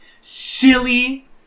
silly